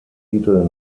titel